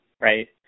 right